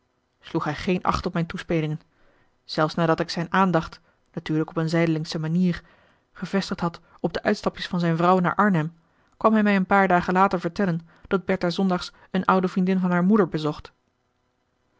hij geen acht op mijn toespelingen zelfs nadat ik zijn aandacht natuurlijk op eene zijdelingsche manier gevestigd had op de uitstapjes van zijn vrouw naar arnhem kwam hij mij een paar dagen later vertellen dat bertha zondags een oude vriendin van haar moeder bezocht